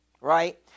Right